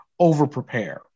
overprepare